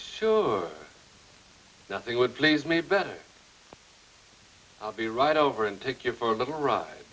sure nothing would please me better i'll be right over and pick you for a little r